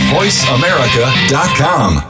VoiceAmerica.com